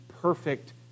perfect